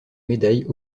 médailles